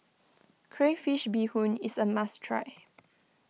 Crayfish BeeHoon is a must try